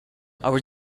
our